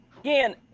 Again